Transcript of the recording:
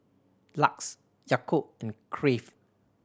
LUX Yakult and Crave